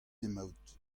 emaout